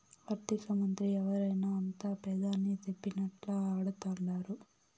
ఆర్థికమంత్రి ఎవరైనా అంతా పెదాని సెప్పినట్లా ఆడతండారు